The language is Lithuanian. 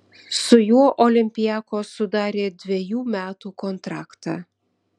su juo olympiakos sudarė dvejų metų kontraktą